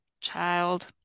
child